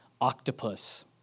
octopus